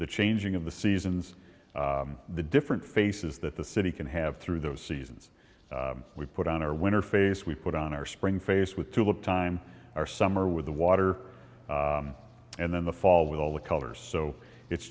the changing of the seasons the different faces that the city can have through those seasons we've put on our winter face we've put on our spring face with tulip time our summer with the water and then the fall with all the colors so it's